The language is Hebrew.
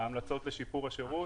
ההמלצות לשיפור השירות,